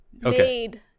made